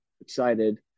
excited